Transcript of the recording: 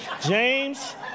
James